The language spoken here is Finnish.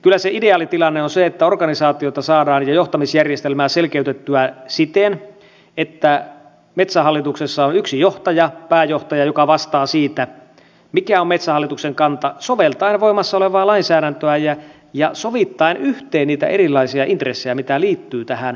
kyllä se ideaali tilanne on se että organisaatiota ja johtamisjärjestelmää saadaan selkeytettyä siten että metsähallituksessa on yksi johtaja pääjohtaja joka vastaa siitä mikä on metsähallituksen kanta soveltaen voimassa olevaa lainsäädäntöä ja sovittaen yhteen niitä erilaisia intressejä mitä liittyy tähän maankäyttöön